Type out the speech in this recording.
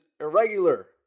irregular